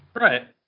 Right